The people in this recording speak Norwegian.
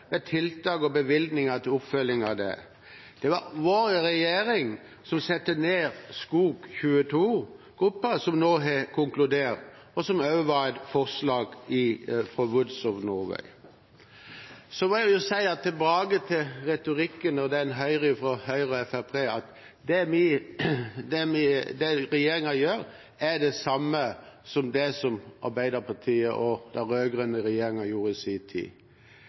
tiltak og bevilgninger som oppfølging av den. Det var vår regjering som satte ned Skog 22-gruppen, som nå har konkludert, og som også var et forslag i rapporten Woods of Norway. Så tilbake til retorikken en hører fra Høyre og Fremskrittspartiet, om at det regjeringen gjør, er det samme som det Arbeiderpartiet og den rød-grønne regjeringen gjorde i sin tid.